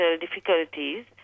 difficulties